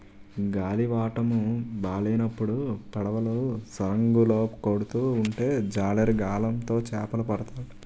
గాలివాటము బాలేనప్పుడు పడవలు సరంగులు కొడుతూ ఉంటే జాలరి గాలం తో చేపలు పడతాడు